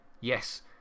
yes